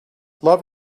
love